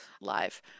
live